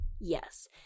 yes